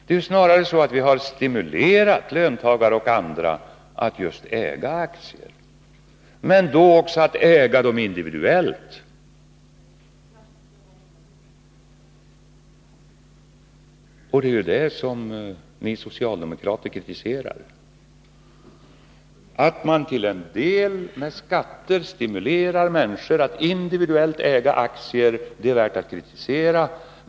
Det är snarare så att vi har stimulerat löntagare och andra att just äga aktier, men då att äga dem individuellt. Det är det som ni socialdemokrater kritiserar. Att man till en del med skatter stimulerar människor att individuellt äga aktier anser ni vara värt att kritisera.